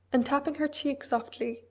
and tapping her cheek softly,